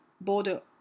border